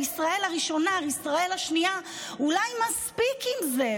"ישראל הראשונה וישראל השנייה" אולי מספיק עם זה?